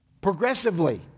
progressively